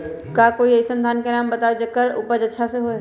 का कोई अइसन धान के नाम बताएब जेकर उपज अच्छा से होय?